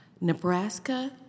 Nebraska